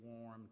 warm